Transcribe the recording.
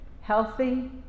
healthy